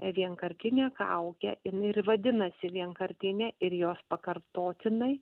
vienkartinė kaukė jinai ir vadinasi vienkartinė ir jos pakartotinai